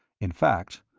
in fact,